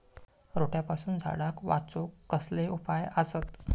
रोट्यापासून झाडाक वाचौक कसले उपाय आसत?